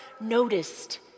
noticed